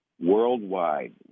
Worldwide